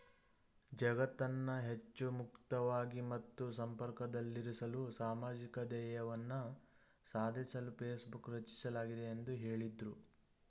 ಜಗತ್ತನ್ನ ಹೆಚ್ಚು ಮುಕ್ತವಾಗಿ ಮತ್ತು ಸಂಪರ್ಕದಲ್ಲಿರಿಸಲು ಸಾಮಾಜಿಕ ಧ್ಯೇಯವನ್ನ ಸಾಧಿಸಲು ಫೇಸ್ಬುಕ್ ರಚಿಸಲಾಗಿದೆ ಎಂದು ಹೇಳಿದ್ರು